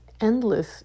endless